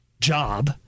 job